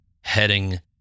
heading